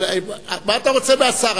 אבל מה אתה רוצה מהשר?